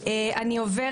מט"ב,